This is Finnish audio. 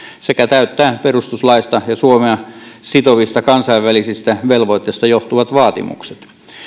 sekä täyttää perustuslaista ja suomea sitovista kansainvälisistä velvoitteista johtuvat vaatimukset